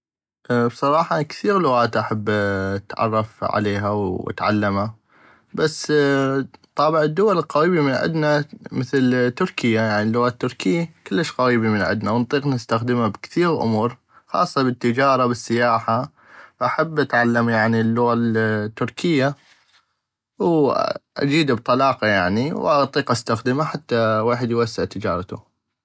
بصراحة انا كثيغ لغات احب اتعرف عليها واتعلمها بس طابع الدول القغيبي من عدنا مثل تركيا يعني اللغة التركي كلش قغيبي من عدنا ونطيق نستخدمة بكثيغ امور خاصة بل التجارة بل السياحة احب اتعلم يعني اللغة التركية واجيدا بطلاقة واطيق استخدمة حتى الويحد اوسع تجارتو.